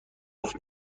گفت